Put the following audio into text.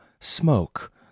smoke